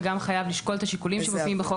וגם חייב לשקול את השיקולים שמופיעים בחוק